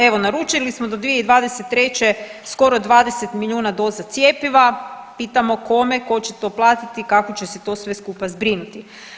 Evo naručili smo do 2023. skoro 20 milijuna doza cjepiva, pitamo kome, ko će to platiti i kako će se to sve skupa zbrinuti.